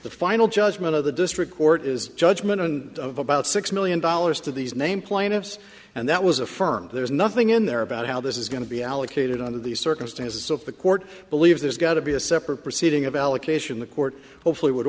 the final judgment of the district court is judgment and of about six million dollars to these name plaintiffs and that was affirmed there is nothing in there about how this is going to be allocated under these circumstances so if the court believes there's got to be a separate proceeding of allocation the court hopefully would